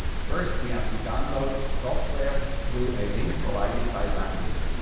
first, we have to download software through a link provided by bangood.